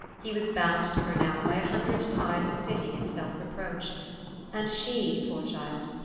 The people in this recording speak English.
he was bound to her now by a hundred ties of pity and self-reproach and she, poor child!